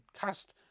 cast